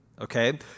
okay